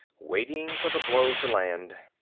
waiting for the blow to land.